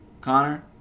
Connor